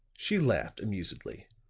she laughed amusedly.